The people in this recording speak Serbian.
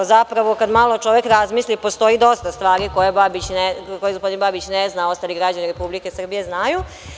Zapravo kada malo čovek razmisli, postoji dosta stvari koje gospodin Babić ne zna, a ostali građani Republike Srbije znaju.